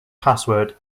password